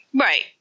Right